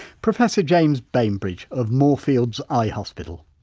professor james bainbridge of moorfields eye hospital.